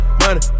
money